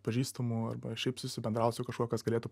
pažįstamų arba šiaip susibendraut su kažkuo kas galėtų